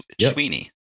Sweeney